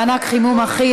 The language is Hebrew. (מענק חימום אחיד),